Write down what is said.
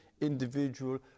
individual